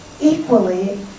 equally